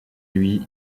lui